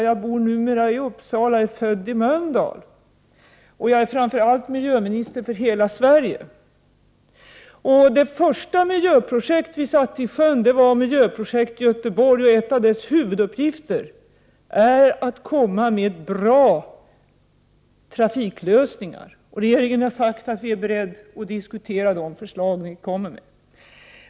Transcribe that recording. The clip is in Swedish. Jag bor numera i Uppsala och är född i Mölndal. Och jag är framför allt miljöminister för hela Sverige. Det första miljöprojekt visatte isjön var miljöprojekt Göteborg, och en av dess huvuduppgifter är att presentera bra trafiklösningar. Regeringen har sagt att den är beredd att diskutera de förslag som ni kommer med.